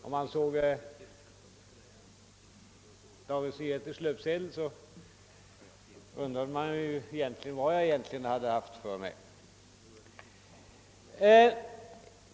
Om man såg Dagens Nyheters löpsedel, undrade man kanske vad jag egentligen hade haft för mig.